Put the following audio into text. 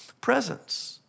presence